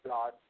God